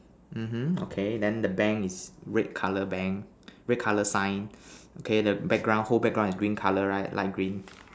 mmhmm okay then the bank is red color bank red color sign okay the background whole background is green color right light green